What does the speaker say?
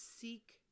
seek